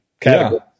category